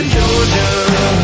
Georgia